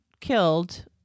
killed